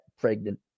pregnant